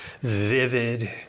vivid